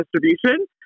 distribution